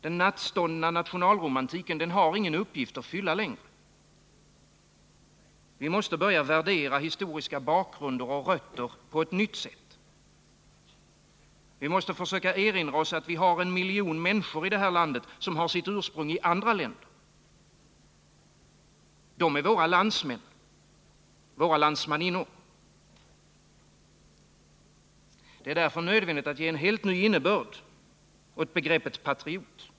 Den nattståndna nationalromantiken har ingen uppgift att fylla längre. Vi måste börja värdera historiska bakgrunder och rötter på ett nytt sätt. Vi måste försöka erinra oss att vi har en miljon människor i landet som har sitt ursprung i andra länder. De är våra landsmän och våra landsmaninnor. Det är därför nödvändigt att ge en helt ny innebörd åt begreppet patriot.